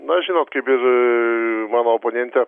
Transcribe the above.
na žinot kaip ir mano oponentė